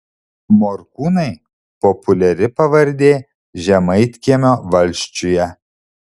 morkūnai populiari pavardė žemaitkiemio valsčiuje